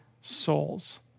souls